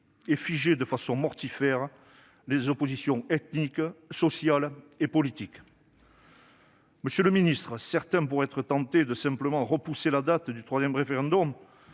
et figer de façon mortifère les oppositions ethniques, sociales et politiques. Monsieur le ministre, certains pourraient être tentés de simplement repousser la date du troisième référendum,